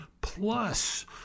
Plus